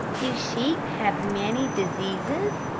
do sheep have many diseases?